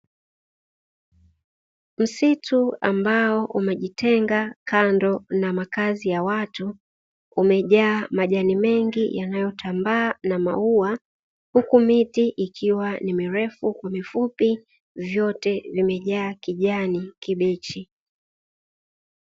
Msitu ambao umejitenga kando na makazi ya watu, umejaa majani mengi yanayotambaa na maua huku miti ikiwa ni mirefu kwa mifupi vyote vimejaa kijani kibichi.